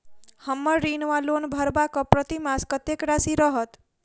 हम्मर ऋण वा लोन भरबाक प्रतिमास कत्तेक राशि रहत?